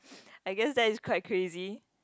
I guess that is quite crazy